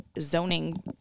zoning